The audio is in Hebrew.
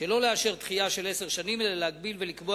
שלא לאשר דחייה של עשר שנים אלא להגביל ולקבוע